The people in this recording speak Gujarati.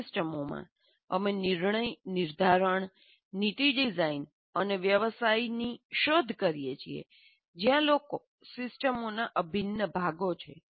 આ સિસ્ટમોમાં અમે નિર્ણય નિર્ધારણ નીતિ ડિઝાઇન અને વ્યવસાયની શોધ કરીએ છીએ જ્યાં લોકો સિસ્ટમોના અભિન્ન ભાગો છે